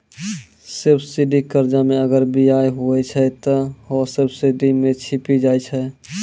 subsidy कर्जा मे अगर बियाज हुवै छै ते हौ सब्सिडी मे छिपी जाय छै